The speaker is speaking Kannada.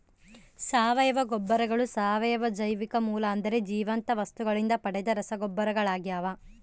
ಸಾವಯವ ಗೊಬ್ಬರಗಳು ಸಾವಯವ ಜೈವಿಕ ಮೂಲ ಅಂದರೆ ಜೀವಂತ ವಸ್ತುಗಳಿಂದ ಪಡೆದ ರಸಗೊಬ್ಬರಗಳಾಗ್ಯವ